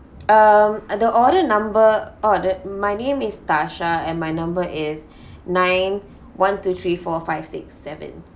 um and the order number oh the my name is tasha and my number is nine one two three four five six seven